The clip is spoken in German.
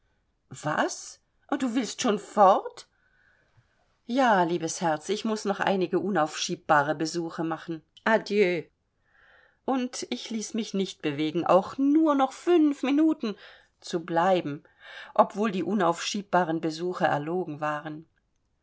was du willst schon fort ja liebes herz ich muß noch einige unaufschiebbare besuche machen adieu und ich ließ mich nicht bewegen auch nur noch fünf minuten zu bleiben obwohl die unaufschiebbaren besuche erlogen waren